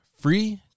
free